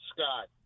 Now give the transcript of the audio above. Scott